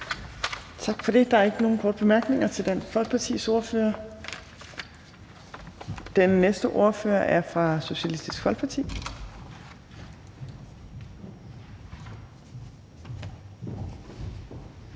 Tak for det. Der er ikke nogen korte bemærkninger til Dansk Folkepartis ordfører. Den næste ordfører er fra Socialistisk Folkeparti.